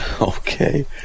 okay